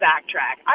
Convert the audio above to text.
Backtrack